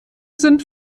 sind